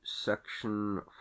Section